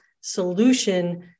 solution